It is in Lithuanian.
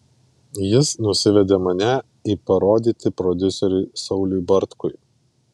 jis nusivedė mane į parodyti prodiuseriui sauliui bartkui